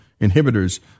inhibitors